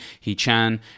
He-Chan